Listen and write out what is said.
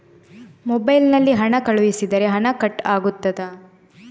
Mobile ನಲ್ಲಿ ಹಣ ಕಳುಹಿಸಿದರೆ ಹಣ ಕಟ್ ಆಗುತ್ತದಾ?